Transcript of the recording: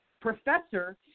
Professor